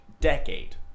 decade